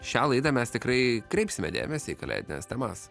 šią laidą mes tikrai kreipsime dėmesį į kalėdines temas